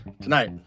tonight